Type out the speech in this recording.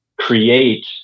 create